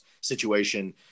situation